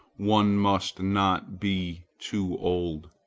one must not be too old.